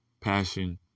passion